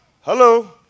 Hello